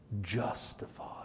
justified